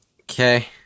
Okay